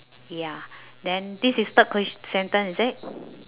ya then this is third questi~ sentence is it